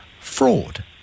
fraud